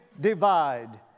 divide